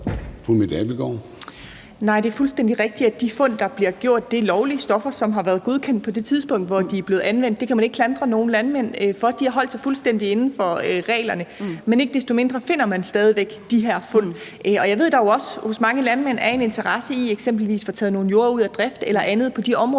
Abildgaard (KF): Nej, det er fuldstændig rigtigt, at de fund, der bliver gjort, er lovlige stoffer, som har været godkendt på det tidspunkt, hvor de er blevet anvendt. Det kan man ikke klandre nogen landmænd for. De har holdt sig fuldstændig inden for reglerne. Men ikke desto mindre finder man stadig væk de her fund. Og jeg ved, at der jo også hos mange landmænd er en interesse i eksempelvis at få taget nogle jorder ud af drift eller andet på de områder,